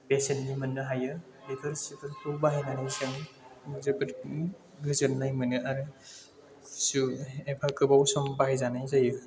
बेसेननि मोननो हायो बेफोर सिफोर बाहायनानै जों जोबोद गोजोननाय मोनो आरो जोरो एबा गोबाव सम बाहायजानाय जायो